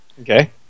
Okay